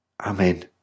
Amen